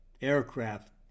aircraft